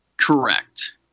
Correct